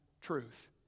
truth